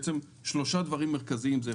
שלושה דברים מרכזיים: א',